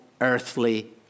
earthly